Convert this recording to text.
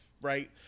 Right